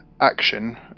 action